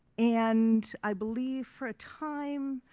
and i believe for a time,